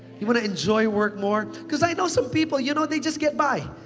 you want to enjoy work more? cause i know some people, you know, they just get by.